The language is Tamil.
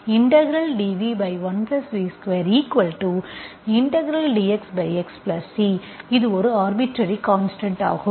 இன்டெக்ரல் dV1V2dxxC ஒரு ஆர்பிட்டர்ரி கான்ஸ்டன்ட் ஆகும்